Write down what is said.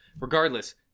regardless